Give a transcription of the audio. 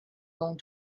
going